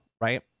right